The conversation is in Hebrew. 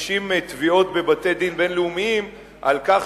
מגישים תביעות בבתי-דין בין-לאומיים על כך